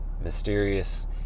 Mysterious